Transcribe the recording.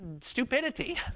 stupidity